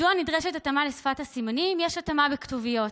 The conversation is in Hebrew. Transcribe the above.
מדוע נדרשת התאמה לשפת הסימנים אם יש התאמה בכתוביות?